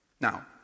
Now